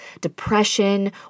depression